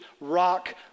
rock